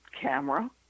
camera